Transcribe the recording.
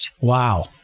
Wow